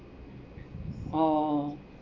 orh